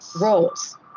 roles